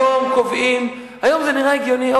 היום זה נראה הגיוני,